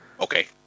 Okay